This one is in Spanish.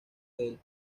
del